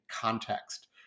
context